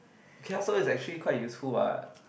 okay ah so that's actually quite useful what